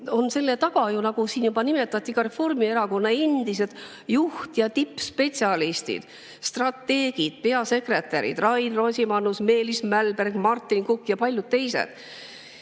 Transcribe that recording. on selle taga ju, nagu siin juba nimetati ka, Reformierakonna endised juht- ja tippspetsialistid, strateegid, peasekretärid Rain Rosimannus, Meelis Mälberg, Martin Kukk ja paljud teised.